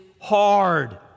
hard